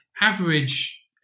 average